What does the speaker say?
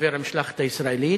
חבר המשלחת הישראלית.